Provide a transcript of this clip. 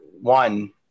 one